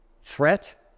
threat